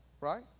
right